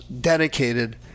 dedicated